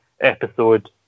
episode